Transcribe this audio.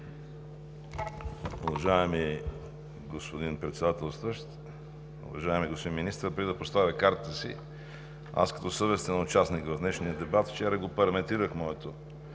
Уважаеми господин Председател, уважаеми господин Министър! Преди да поставя картата си аз като съвестен участник в днешния дебат, вчера параметрирах моето